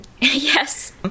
Yes